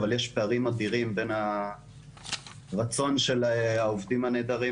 אבל יש פערים אדירים בין הרצון של העובדים הנהדרים